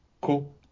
cool